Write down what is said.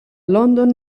london